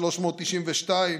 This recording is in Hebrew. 392,